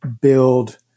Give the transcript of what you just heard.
build